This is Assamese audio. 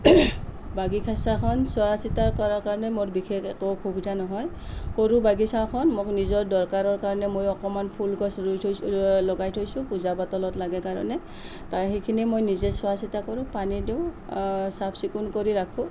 বাগিচাখন চোৱা চিতা কৰাৰ কাৰণে মোৰ বিশেষ একো অসুবিধা নহয় সৰু বাগিচাখন মোক নিজৰ দৰকাৰৰ কাৰণে মই অকণমান ফুলগছ ৰুই থৈছোঁ লগাই থৈছোঁ পূজা পাতলত লাগে কাৰণে সেইখিনি মই নিজে চোৱা চিতা কৰোঁ পানী দিওঁ চাফচিকুণ কৰি ৰাখোঁ